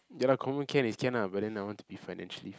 yeha lah confirm can is can ah but then I want to be financially